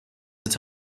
its